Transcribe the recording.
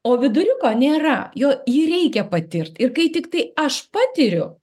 o viduriuko nėra jo jį reikia patirt ir kai tiktai aš patiriu